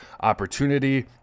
opportunity